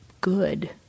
good